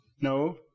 No